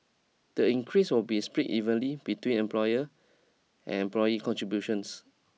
the increase will be split evenly between employer and employee contributions